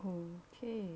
oh okay